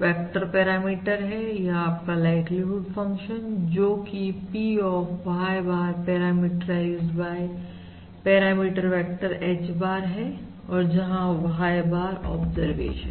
vector पैरामीटरहै यह आपका लाइक्लीहुड फंक्शन जोकि P of Y bar parameterized by parameter vector H bar है और जहां Y bar ऑब्जरवेशन है